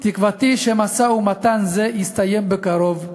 תקוותי שמשא-ומתן זה יסתיים בקרוב,